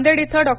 नांदेड इथं डॉ